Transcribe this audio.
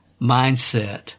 mindset